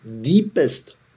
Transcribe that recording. deepest